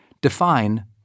define